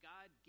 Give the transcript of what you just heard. God